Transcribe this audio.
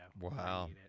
Wow